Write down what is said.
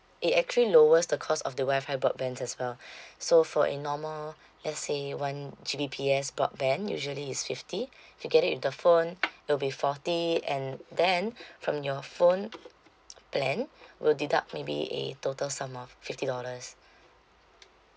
it actually lowers the cost of the wi-fi broadbands as well so for a normal let's say one G_B_P_S broadband usually is fifty if you get it with the phone it will be forty and then from your phone plan we'll deduct maybe a total sum of fifty dollars